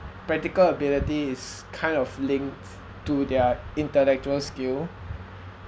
practical ability is kind of links to their intellectual skill